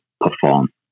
perform